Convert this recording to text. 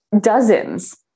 dozens